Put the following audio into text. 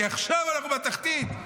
כי עכשיו אנחנו בתחתית.